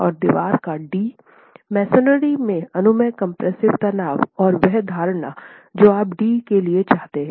और दीवार का dमसोनरी में अनुमेय कम्प्रेस्सिवे तनाव और वह धारणा जो आप d के लिए चाहते हैं